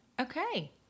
Okay